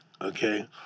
Okay